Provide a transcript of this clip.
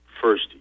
first